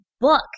book